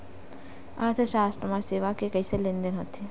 अर्थशास्त्र मा सेवा के कइसे लेनदेन होथे?